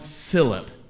Philip